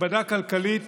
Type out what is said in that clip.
הכבדה כלכלית